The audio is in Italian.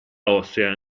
ossea